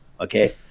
Okay